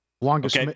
Longest